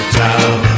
town